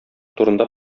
турында